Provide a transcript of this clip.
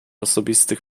osobistych